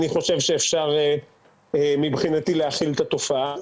אני חושב שאפשר מבחינתי להכיל את התופעה.